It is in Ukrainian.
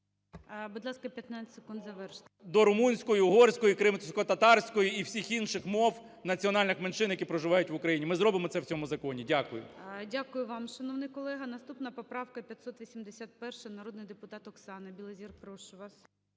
Будь ласка, 15 секунд, завершити. КНЯЖИЦЬКИЙ М.Л. …до румунської, угорської, кримськотатарської і всіх інших мов національних меншин, які проживають в Україні. Ми зробимо це в цьому законі. Дякую. ГОЛОВУЮЧИЙ. Дякую вам, шановний колего. Наступна поправка - 581. Народний депутат Оксана Білозір, прошу вас.